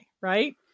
right